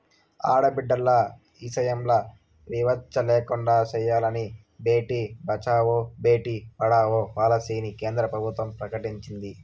ఆడబిడ్డల ఇసయంల వివచ్చ లేకుండా సెయ్యాలని బేటి బచావో, బేటీ పడావో పాలసీని కేంద్ర ప్రభుత్వం ప్రకటించింది